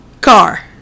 Car